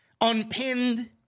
unpinned